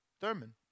Thurman